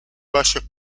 valles